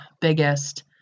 biggest